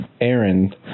Aaron